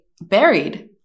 buried